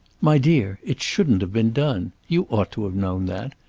my dear, it shouldn't have been done. you ought to have known that.